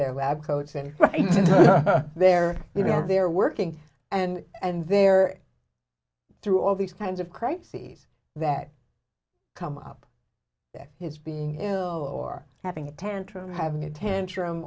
their lab coats and they're you know they're working and and they're through all these kinds of crises that come up that his being ill or having a tantrum having a tantrum